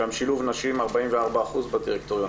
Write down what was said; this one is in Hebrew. שם שילוב נשים, 44% בדירקטוריון.